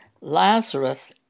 Lazarus